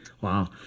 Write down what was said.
Wow